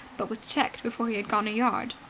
but was checked before he had gone a yard.